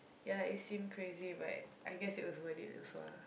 ya it seemed crazy but I guess it was worth it also ah